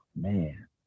Man